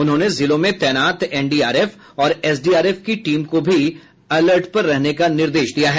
उन्होंने जिलों में तैनात एनडीआरएफ और एसडीआरएफ की टीम को भी अलर्ट पर रहने का निर्देश दिया है